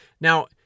Now